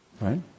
Right